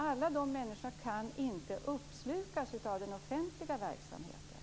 Alla de människorna kan inte uppslukas av den offentliga verksamheten.